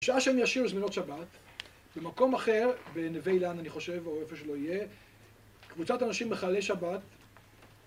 שעה שהם ישירו זמירות שבת, במקום אחר, בנווה אילן אני חושב, או איפה שלא יהיה, קבוצת אנשים מחללי שבת